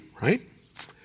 right